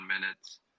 minutes